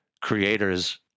creators